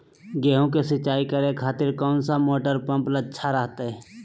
गेहूं के सिंचाई करे खातिर कौन सा मोटर पंप अच्छा रहतय?